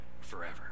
forever